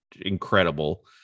incredible